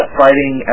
fighting